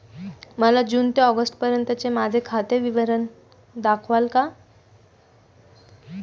मला जून ते ऑगस्टपर्यंतचे माझे खाते विवरण दाखवाल का?